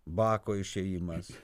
bako išėjimas